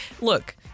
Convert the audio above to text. Look